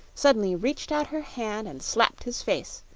suddenly reached out her hand and slapped his face,